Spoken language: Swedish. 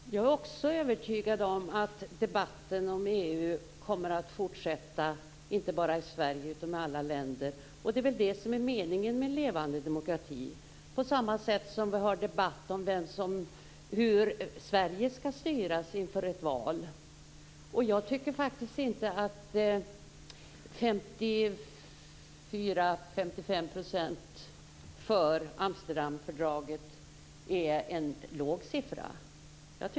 Herr talman! Jag är också övertygad om att debatten om EU kommer att fortsätta inte bara i Sverige utan i alla länder, och det är väl det som är meningen med levande demokrati, på samma sätt som vi inför ett val har debatt om hur Sverige skall styras. Jag tycker faktiskt inte att 54-55 % för Amsterdamfördraget är en låg siffra.